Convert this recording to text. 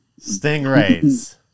Stingrays